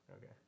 Okay